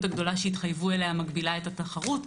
הגדולה שהתחייבו אליה מגבילה את התחרות,